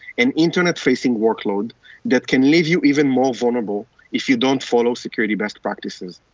an internet facing workload that can leave you even more vulnerable if you don't follow security best practices.